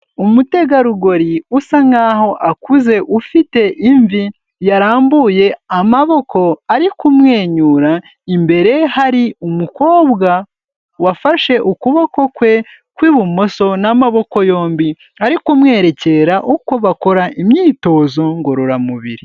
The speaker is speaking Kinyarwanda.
Amutegarugori usa nkaho akuze, ufite imvi, yarambuye amaboko, ari kumwenyura, imbere hari umukobwa wafashe ukuboko kwe kw'ibumoso n'amaboko yombi, ari kumwerekera uko bakora imyitozo ngororamubiri.